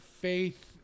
faith